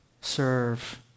Serve